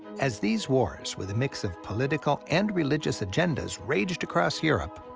as these wars, with a mix of political and religious agendas, raged across europe,